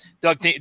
Doug